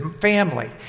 family